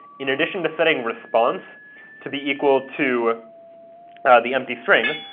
in addition to setting response to be equal to the empty string,